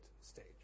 stage